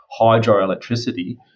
hydroelectricity